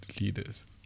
leaders